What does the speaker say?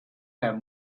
that